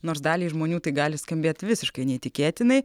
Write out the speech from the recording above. nors daliai žmonių tai gali skambėt visiškai neįtikėtinai